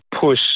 push